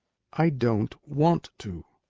i don't want to.